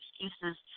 excuses